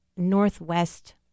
Northwest